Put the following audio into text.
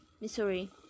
Missouri